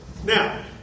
Now